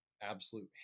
absolute